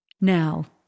Now